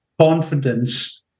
Confidence